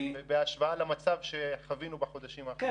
בהשוואה למצב שחווינו בחודשים האחרונים.